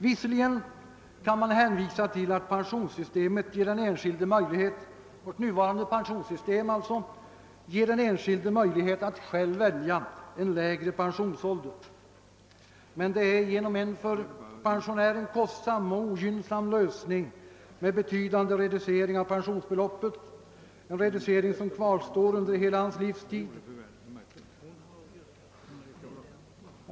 Visserligen kan man hänvisa till att vårt nuvarande pensionssystem ger den enskilde möjlighet att själv välja en lägre pensionsålder, men det är en för pensionären kostsam och ogynnsam lösning med betydande reducering av pensionsbeloppet, en reducering som kvarstår under hela hans livstid.